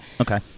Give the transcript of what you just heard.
Okay